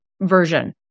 version